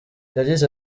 yagize